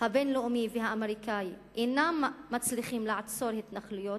הבין-לאומי והלחץ האמריקני אינם מצליחים לעצור התנחלויות,